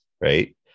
right